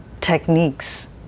techniques